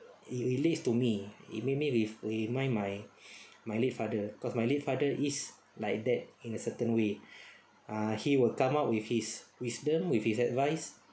it relates to me it make me remind my my late father cause my late father is like that in a certain way ah he will come up with his wisdom with his advice